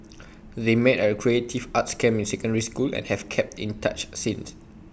they met at A creative arts camp in secondary school and have kept in touch since